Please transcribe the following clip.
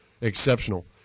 exceptional